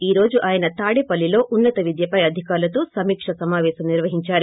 ఈ రోజు ఆయన తాడేపల్లిలో ఉన్నత విద్యపై అధికారులతో సమీక్ష సమాపేశం నిర్వహించారు